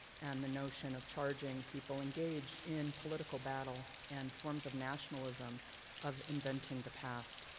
and the notion of charging people engaged in political battle and forms of nationalism of inventing the past,